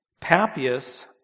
Papias